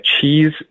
cheese